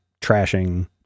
trashing